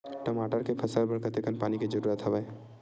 टमाटर के फसल बर कतेकन पानी के जरूरत हवय?